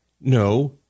no